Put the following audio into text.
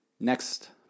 Next